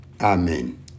Amen